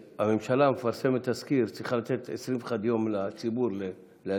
כשהממשלה מפרסמת תזכיר היא צריכה לתת 21 יום לציבור להגיב.